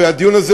והדיון הזה,